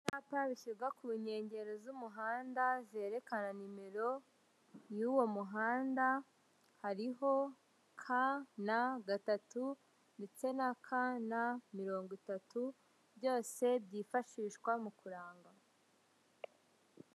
Ibyapa bishyirwa ku nkengero z'umuhanda byerekana nimero y'uwo muhanda, hariho KN gatatu, KN mirongo itatu, byose byifashishwa mu kuranga.